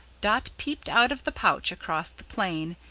dot peeped out of the pouch, across the plain,